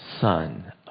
son